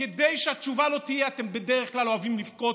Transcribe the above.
כדי שהתשובה לא תהיה: אתם בדרך כלל אוהבים לבכות,